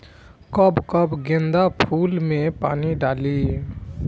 कब कब गेंदा फुल में पानी डाली?